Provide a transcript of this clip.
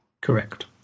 Correct